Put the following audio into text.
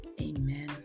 Amen